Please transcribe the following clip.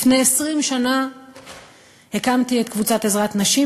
לפני 20 שנה הקמתי את קבוצת "עזרת נשים",